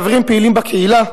חברים פעילים בקהילה,